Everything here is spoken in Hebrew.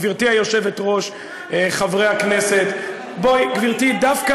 גברתי היושבת-ראש, חברי הכנסת, בואי, גברתי, דווקא